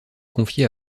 confiée